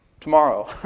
tomorrow